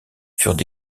furent